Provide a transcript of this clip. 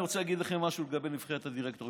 אני רוצה להגיד לכם משהו לגבי נבחרת הדירקטורים,